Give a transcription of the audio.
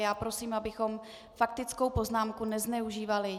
Já prosím, abychom faktickou poznámku nezneužívali.